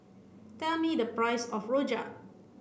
tell me the price of Rojak